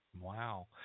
Wow